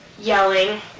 Yelling